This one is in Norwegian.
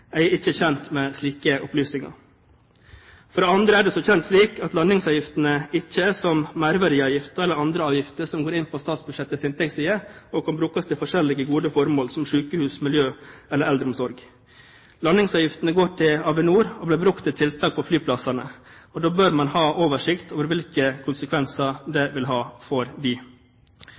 Jeg er ikke kjent med slike opplysninger. For det andre er det som kjent slik at landingsavgiftene ikke er som merverdiavgiften eller andre avgifter som går inn på statsbudsjettets inntektsside, og som kan brukes til forskjellige gode formål, som sykehus, miljø eller eldreomsorg. Landingsavgiftene går til Avinor og blir brukt til tiltak på flyplassene. Da bør man ha oversikt over hvilke konsekvenser det vil ha for